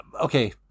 okay